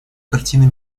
картины